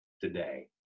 today